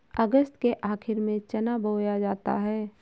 अगस्त के आखिर में चना बोया जाता है